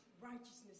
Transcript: righteousness